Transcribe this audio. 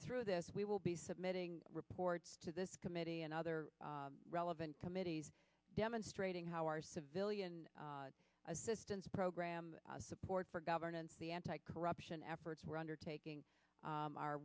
through this we will be submitting reports to this committee and other relevant committees demonstrating how our civilian assistance program support for governance the anti corruption efforts we're undertaking